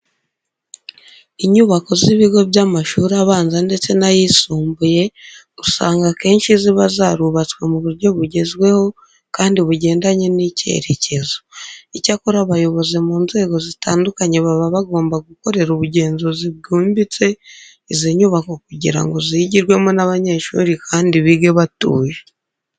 Inyubako z'ibigo by'amashuri abanza ndetse n'ayisumbuye usanga akenshi ziba zarubatswe mu buryo bugezeho kandi bugendanye n'icyerekezo. Icyakora abayobozi mu nzego zitandukanye baba bagomba gukorera ubugenzuzi bwimbitse izi nyubako kugira ngo zigirwemo n'abanyeshuri kandi bige batuje.